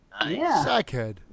Sackhead